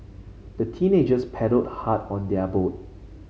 the teenagers paddled hard on their boat